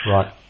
Right